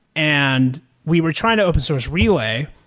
and we were trying to open source relay,